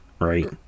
right